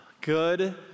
good